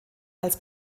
als